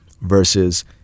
versus